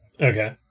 Okay